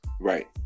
Right